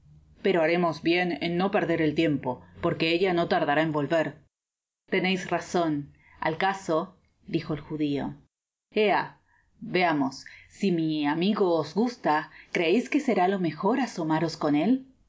pero harémqs bien en no perder el tiempo porque ella no tardará á volver teneis razon al caso dijo el judio ea veamos si mi amigo os gusta creéis que será lo mejor asomaros con él